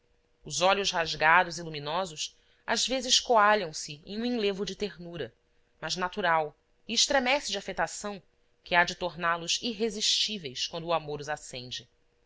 os olhos rasgados e luminosos às vezes coalham se em um enlevo de ternura mas natural e estreme de afetação que há de torná-los irresistíveis quando o amor os acende